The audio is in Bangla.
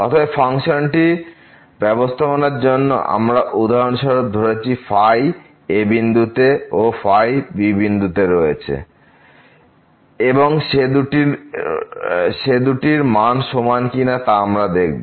অতএব ফাংশনটির ব্যবস্থাপনার জন্য আমরা উদাহরণস্বরূপ ধরছি যে a বিন্দুতে ও b বিন্দুতে রয়েছে এবং সে দুটির মান সমান কিনা তা আমরা দেখব